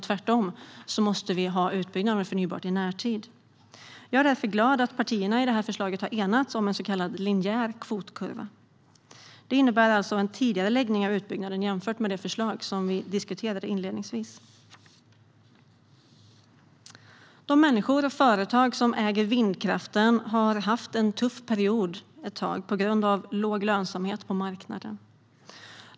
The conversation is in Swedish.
Tvärtom måste vi ha utbyggnad av förnybart i närtid. Jag är därför glad att partierna i det här förslaget har enats om en så kallad linjär kvotkurva. Det innebär alltså en tidigareläggning av utbyggnaden jämfört med det förslag som vi diskuterade inledningsvis. De människor och företag som äger vindkraften har haft en tuff period ett tag på grund av låg lönsamhet på marknaden.